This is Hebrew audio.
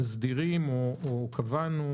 מסדרים או קבענו,